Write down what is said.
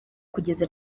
kugeza